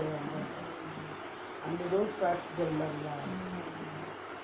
mm